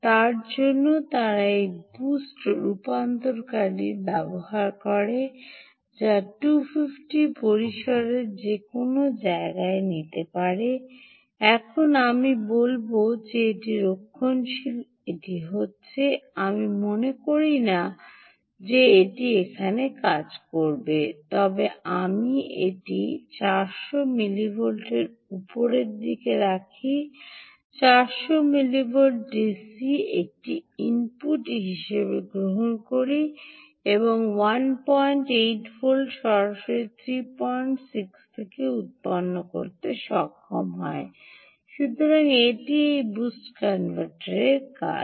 তার জন্য তারা এই বুস্ট রূপান্তরকারী ব্যবহার করে যা 250 এর পরিসরের যে কোনও জায়গায় নিতে পারে এখন আমি বলব যে এটি রক্ষণশীল এটি হচ্ছে আমি মনে করি না যে এটি সেখানে কাজ করবে তবে আমি এটি 400 মিলিভোল্টগুলি উপরের দিকে রাখি 400 মিলিভোল্ট ডিসি একটি ইনপুট হিসাবে গ্রহণ করি এবং 18 ভোল্ট সরাসরি 36 থেকে উত্পন্ন করতে সক্ষম হয় সুতরাং এটি এই বুস্ট কনভার্টারের কাজ